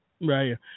right